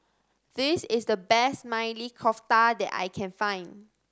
this is the best Maili Kofta that I can find